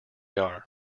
are